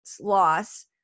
loss